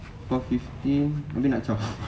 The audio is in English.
four fifteen habis nak chao